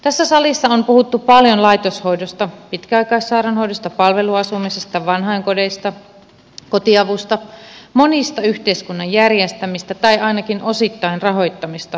tässä salissa on puhuttu paljon laitoshoidosta pitkäaikaissairaanhoidosta palveluasumisesta vanhainkodeista kotiavusta monista yhteiskunnan järjestämistä tai ainakin osittain rahoittamista palveluista